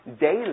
daily